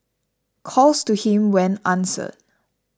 calls to him went answered